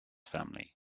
family